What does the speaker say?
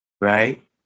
right